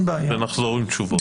ונחזור לתשובות.